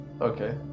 Okay